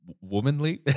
womanly